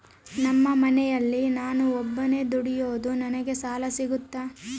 ನಮ್ಮ ಮನೆಯಲ್ಲಿ ನಾನು ಒಬ್ಬನೇ ದುಡಿಯೋದು ನನಗೆ ಸಾಲ ಸಿಗುತ್ತಾ?